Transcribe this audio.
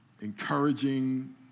encouraging